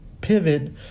pivot